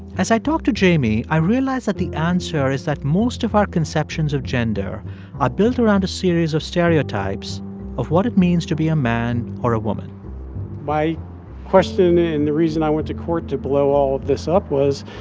as i talked to jamie, i realized that the answer is that most of our conceptions of gender are built around a series of stereotypes of what it means to be a man or a woman my question and the reason i went to court to blow all of this up was,